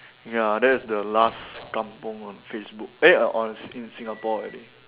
ya that's the last kampung on Facebook eh err on in Singapore already